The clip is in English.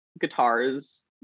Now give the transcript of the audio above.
guitars